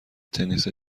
تنیس